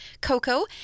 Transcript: Coco